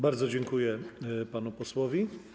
Bardzo dziękuję panu posłowi.